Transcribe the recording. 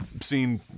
seen